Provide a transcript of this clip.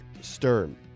Stern